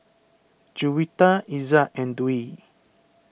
Juwita Izzat and Dwi